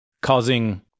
causing